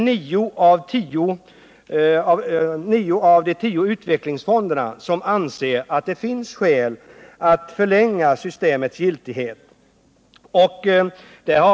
Nio av de tio utvecklingsfonderna anser att det finns skäl att förlänga systemets giltighet.